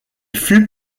fut